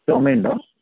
ചുമയുണ്ടോ